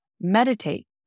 meditate